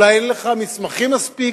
אולי אין לך מסמכים מספיק.